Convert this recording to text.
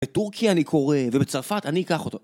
בטורקיה אני קורא, ובצרפת אני אקח אותו